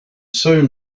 soon